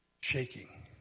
shaking